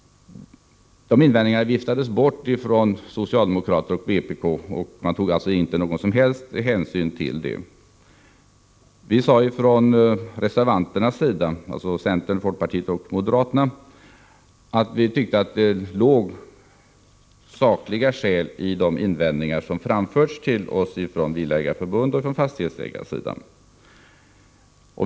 Dessa invändningar viftades bort av socialdemokraterna och vpk, och man tog ingen som helst hänsyn till dem. Vi sade från reservanternas sida — dvs. centern, folkpartiet och moderaterna — att vi tyckte att det låg sakliga skäl i de invändningar som framförts till oss från Villaägareförbundet och från fastighetsägarsidan.